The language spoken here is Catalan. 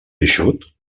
eixut